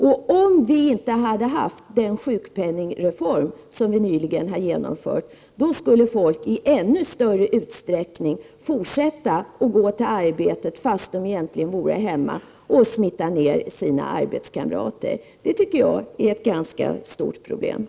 Om den sjukpenningreform som vi nyligen genomfört inte hade skett, skulle folk i ännu större utsträckning fortsätta att gå till arbetet och smitta ner sina arbetskamrater, fast de egentligen borde vara hemma.